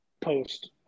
post